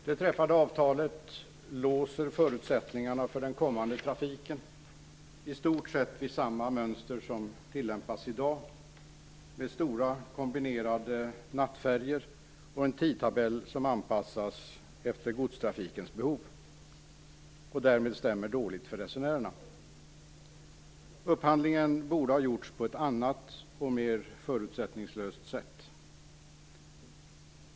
Det träffade avtalet låser förutsättningarna för den kommande trafiken vid i stort sett samma mönster som tillämpas i dag, med stora kombinerade nattfärjor och med en tidtabell som anpassas efter godstrafikens behov och därmed stämmer dåligt för resenärerna. Upphandlingen borde ha gjorts på ett annat och mer förutsättningslöst sätt.